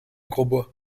grosbois